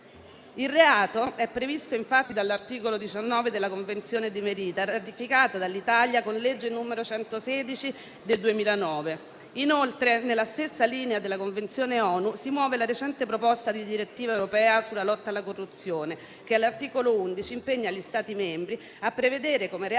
Il reato è previsto infatti dall'articolo 19 della Convenzione di Merida, ratificata dall'Italia con legge n. 116 del 2009. Inoltre, sulla stessa linea della Convenzione ONU si muove la recente proposta di direttiva europea sulla lotta alla corruzione che, all'articolo 11, impegna gli Stati membri a prevedere come reato